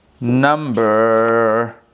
number